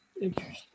Interesting